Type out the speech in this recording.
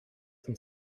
some